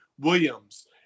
Williams